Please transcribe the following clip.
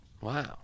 Wow